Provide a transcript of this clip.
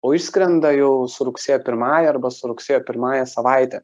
o išskrenda jau su rugsėjo pirmąja arba su rugsėjo pirmąja savaite